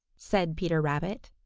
said peter rabbit.